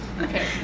Okay